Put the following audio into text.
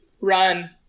run